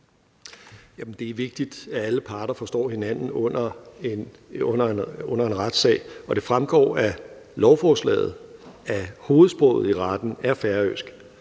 Det er vigtigt, at alle parter forstår hinanden under en retssag. Og det fremgår af lovforslaget, at hovedsproget i retten er færøsk,